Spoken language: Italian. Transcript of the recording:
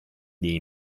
dei